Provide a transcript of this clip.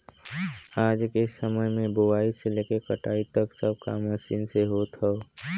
आज के समय में बोआई से लेके कटाई तक सब काम मशीन से होत हौ